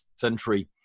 century